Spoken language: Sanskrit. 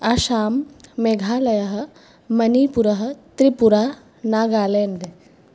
आशाम् मेघालयः मणिपुरः त्रिपुरा नागालेण्ड्